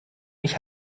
mich